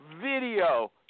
video